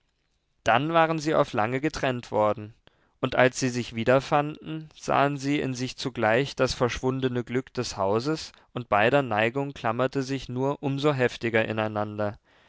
dann waren sie auf lange getrennt worden und als sie sich wiederfanden sahen sie in sich zugleich das verschwundene glück des hauses und beider neigung klammerte sich nur um so heftiger ineinander